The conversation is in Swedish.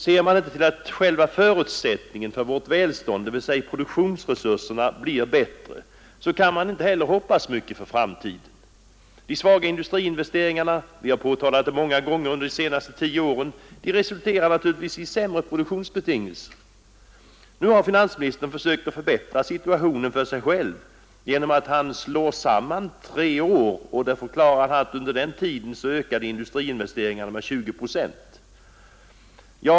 Ser man inte till att själva förutsättningen för vårt välstånd, dvs. produktionsresurserna, blir bättre så kan man heller inte hoppas mycket för framtiden. De svaga industriinvesteringarna under de senaste tio åren — vi har påtalat det många gånger — resulterar givetvis i sämre produktionsbetingelser. Nu har finansministern sökt förbättra situationen för sig själv genom att slå samman tre år och förklarar att under denna tid ökade industriinvesteringarna med 20 procent.